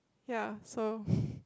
ya so